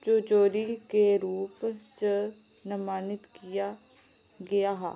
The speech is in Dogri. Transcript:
सेंचुरी दे रूप च नामत किया गेआ हा